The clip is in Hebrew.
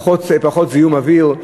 פחות זיהום אוויר.